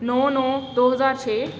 ਨੌ ਨੌ ਦੋ ਹਜ਼ਾਰ ਛੇ